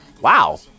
wow